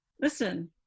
listen